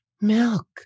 Milk